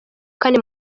kane